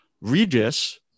Regis